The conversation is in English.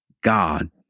God